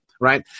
right